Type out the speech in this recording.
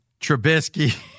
Trubisky